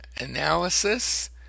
analysis